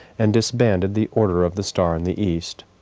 and disbanded the order of the star in the east.